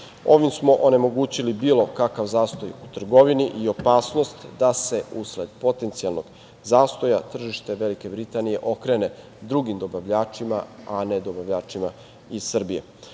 Ovim smo onemogućili bilo kakav zastoj u trgovini i opasnost da se usled potencijalnog zastoja tržište Velike Britanije okrene drugim dobavljačima, a ne dobavljačima iz